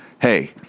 hey